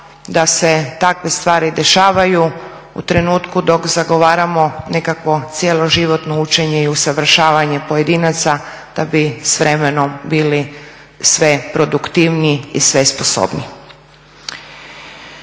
da se takve stvari dešavaju u trenutku dok zagovaramo nekakvo cjeloživotno učenje i usavršavanje pojedinaca da bi s vremenom bili sve produktivniji i sve sposobniji.